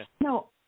No